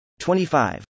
25